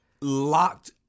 locked